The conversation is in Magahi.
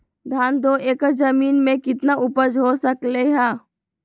धान दो एकर जमीन में कितना उपज हो सकलेय ह?